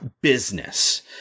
business